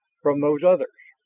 from those others.